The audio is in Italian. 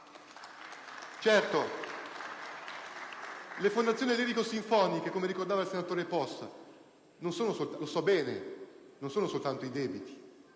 Certo, le fondazioni lirico-sinfoniche, come ricordava il senatore Possa - lo so bene - non sono soltanto i debiti,